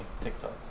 TikTok